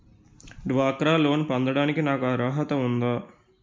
డ్వాక్రా లోన్ పొందటానికి నాకు అర్హత ఉందా?